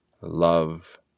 love